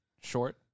Short